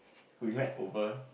we met over